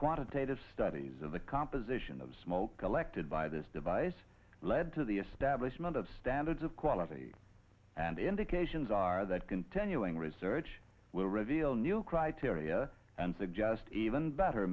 quantitative studies of the composition of smoke collected by this device led to the establishment of standards of quality and indications are that continuing research will reveal new criteria and suggest even better